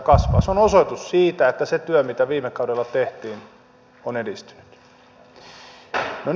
se on osoitus siitä että se työ mitä viime kaudella tehtiin on edistynyt